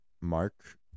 Mark